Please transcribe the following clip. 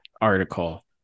article